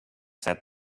said